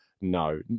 no